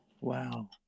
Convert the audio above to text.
Wow